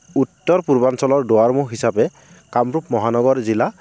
উত্তৰ পূৰ্বাঞ্চলৰ দুৱাৰমুখ হিচাপে কামৰূপ মহানগৰ জিলা